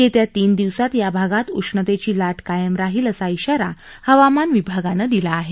येत्या तीन दिवसात या भागात उष्णतेची लाट कायम राहील असा श्वारा हवामान विभागानं दिला आहे